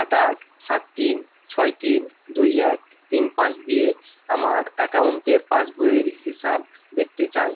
আট আট সাত তিন ছয় তিন দুই এক তিন পাঁচ দিয়ে আমার অ্যাকাউন্টের পাসবইয়ের হিসাব দেখতে চাই